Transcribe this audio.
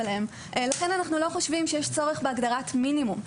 לכן אנחנו לא חושבים שיש צורם בהגדרת מינימום.